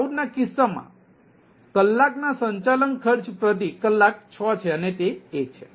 cloud ના કિસ્સામાં કલાકના સંચાલન ખર્ચ પ્રતિ કલાક 6 છે અને તે 1 છે